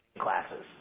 classes